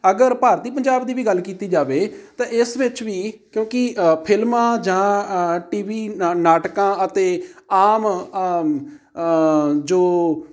ਅਗਰ ਭਾਰਤੀ ਪੰਜਾਬ ਦੀ ਵੀ ਗੱਲ ਕੀਤੀ ਜਾਵੇ ਤਾਂ ਇਸ ਵਿੱਚ ਵੀ ਕਿਉਂਕਿ ਫਿਲਮਾਂ ਜਾਂ ਟੀ ਵੀ ਨਾ ਨਾਟਕਾਂ ਅਤੇ ਆਮ ਜੋ